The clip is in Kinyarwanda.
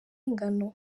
ingano